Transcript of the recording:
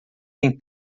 tem